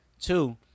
Two